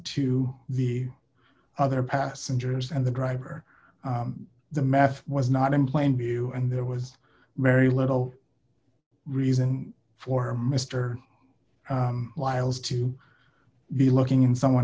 to the other passengers and the driver the math was not in plain view and there was very little reason for mister lisle's to be looking in someone